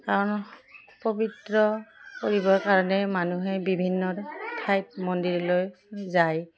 কাৰণ পৱিত্ৰ কৰিবৰ কাৰণে মানুহে বিভিন্ন ঠাইত মন্দিৰলৈ যায়